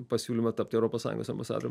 pasiūlymą tapti europos sąjungos ambasadorium